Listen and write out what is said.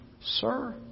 Sir